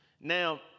Now